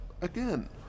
again